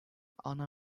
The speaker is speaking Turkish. ana